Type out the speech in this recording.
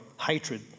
hatred